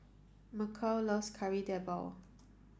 Mykel loves Kari Debal